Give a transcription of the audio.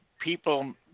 people